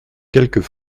quelques